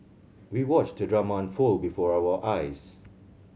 we watched the drama unfold before our eyes